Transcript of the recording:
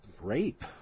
rape